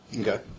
Okay